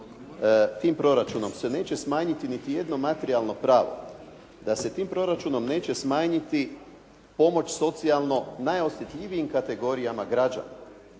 tim proračunom se neće smanjiti niti jedno materijalno pravo. Da se tim proračunom neće smanjiti pomoć socijalno najosjetljivijim kategorijama građana,